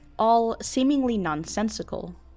all seemingly nonsensical.